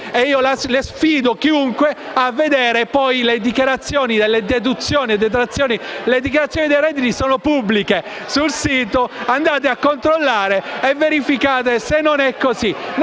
è così e sfido chiunque a vedere le dichiarazioni delle deduzioni e detrazioni. Le dichiarazioni dei redditi sono pubbliche sul sito. Andate a controllare e verificare se non è così.